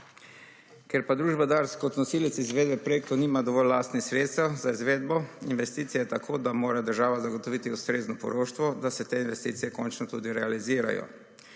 Ker pa družba DARS kot nosilec izvedbe projektov nima dovolj lastnih sredstev za izvedbo investicije, tako da mora država zagotoviti ustrezno poroštvo, da se te investicije končno tudi realizirajo.